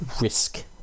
risk